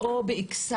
או בביר אל